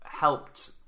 helped